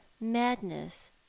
madness